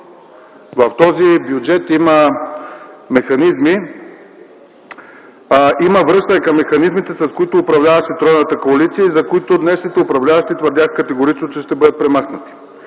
в този бюджет има връщане към механизмите, с които управляваше тройната коалиция и за които днешните управляващи твърдяха категорично, че ще бъдат премахнати.